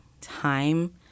time